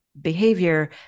behavior